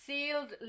Sealed